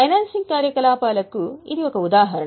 financing కార్యకలాపాలకు ఇది ఒక ఉదాహరణ